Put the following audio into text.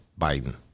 Biden